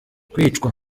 kwicwa